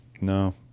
No